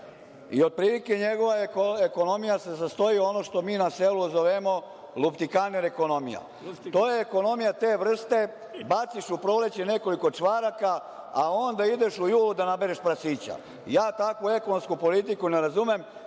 i otprilike njegova ekonomija se sastoji ono što mi na selu zovemo luptikaner ekonomija. To je ekonomija te vrste- baciš u proleće nekoliko čvaraka, a onda ideš u julu da nabereš prasića. Ja takvu ekonomsku politiku ne razumem,